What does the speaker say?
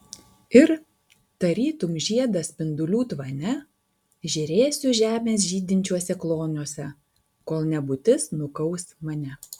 ir tartum žiedas spindulių tvane žėrėsiu žemės žydinčiuose kloniuose kol nebūtis nukaus mane